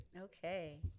Okay